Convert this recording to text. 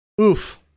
Oof